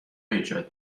ایجاد